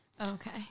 Okay